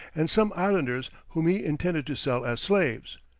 and some islanders whom he intended to sell as slaves.